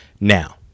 Now